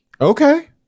Okay